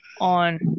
on